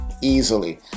easily